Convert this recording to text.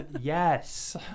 Yes